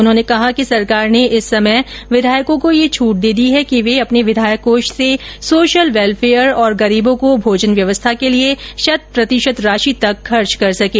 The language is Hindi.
उन्होंने कहा कि सरकार ने इस समय विधायकों को यह छूट दे दी है कि वे अपने विधायक कोष से सोशल वेलफेयर और गरीबों को भोजन व्यवस्था के लिए शत प्रतिशत राशि तक खर्च कर सकें